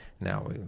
now